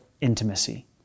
intimacy